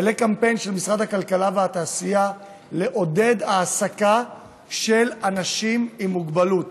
יעלה קמפיין של משרד הכלכלה והתעשייה לעודד העסקה של אנשים עם מוגבלות.